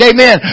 Amen